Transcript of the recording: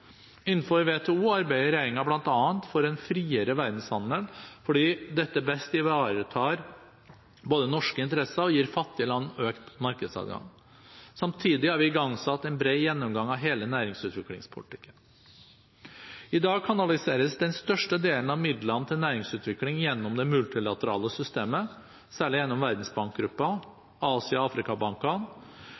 Innenfor WTO arbeider regjeringen bl.a. for en friere verdenshandel, fordi dette best både ivaretar norske interesser og gir fattige land økt markedsadgang. Samtidig har vi igangsatt en bred gjennomgang av hele næringsutviklingspolitikken. I dag kanaliseres den største delen av midlene til næringsutvikling gjennom det multilaterale systemet, særlig gjennom Verdensbankgruppen, Asiabanken og